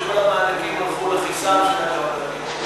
שכל המענקים הלכו לכיסם של הקבלנים.